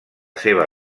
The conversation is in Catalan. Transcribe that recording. seva